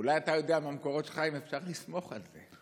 אולי אתה יודע מהמקורות שלך אם אפשר לסמוך על זה?